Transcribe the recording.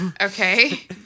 okay